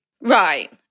Right